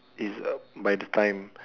is uh by the time